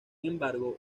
embargo